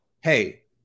hey